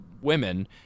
women